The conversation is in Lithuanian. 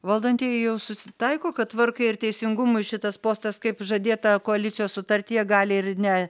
valdantieji jau susitaiko kad tvarkai ir teisingumui šitas postas kaip žadėta koalicijos sutartyje gali ir ne